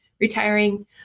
retiring